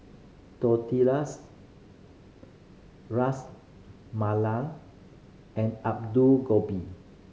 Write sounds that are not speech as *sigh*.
Tortillas Ras Malai and *unintelligible* Gobi